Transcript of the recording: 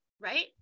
right